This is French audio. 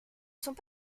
sont